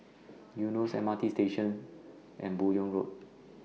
Eunos M R T Station and Buyong Road